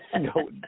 No